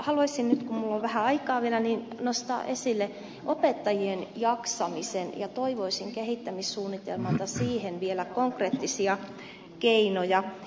haluaisin nyt kun minulla on vähän aikaa vielä nostaa esille opettajien jaksamisen ja toivoisin kehittämissuunnitelmalta siihen vielä konkreettisia keinoja